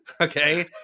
Okay